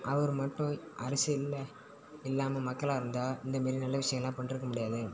அவர் மட்டும் அரசியலில் இல்லாமல் மக்களாக இருந்தால் இந்தமாதிரி நல்ல விஷயம்லாம் பண்ணிருக்க முடியாது